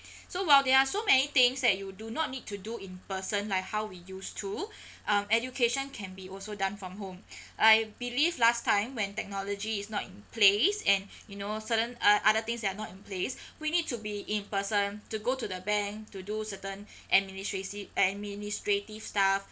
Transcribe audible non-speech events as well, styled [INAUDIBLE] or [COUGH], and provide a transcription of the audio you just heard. so while there are so many things that you do not need to do in person like how we used to [BREATH] um education can be also done from home [BREATH] I believe last time when technology is not in place and you know certain uh other things that are not in place [BREATH] we need to be in person to go to the bank to do certain [BREATH] administrative uh administrative staff